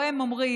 שבו הם אומרים: